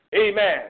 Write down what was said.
Amen